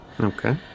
Okay